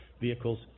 vehicles